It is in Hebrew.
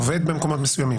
עובד במקומות מסוימים.